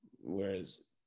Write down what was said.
Whereas